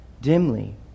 dimly